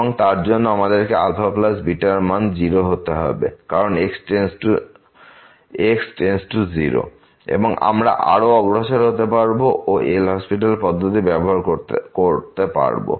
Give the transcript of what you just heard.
এবং তার জন্য আমাদেরকে αβ র মান 0 হতে হবে কারণ x→0 এবং আমরা আরও অগ্রসর হতে পারবো ও এল হসপিটাল পদ্ধতি ব্যবহার করতে পারব